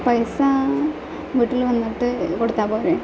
പൈസ വീട്ടിൽ വന്നിട്ട് കൊടുത്താൽ പോരെ